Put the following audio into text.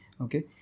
Okay